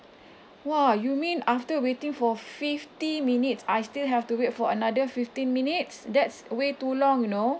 !wah! you mean after waiting for fifty minutes I still have to wait for another fifteen minutes that's way too long you know